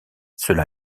cela